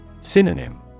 Synonym